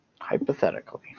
Hypothetically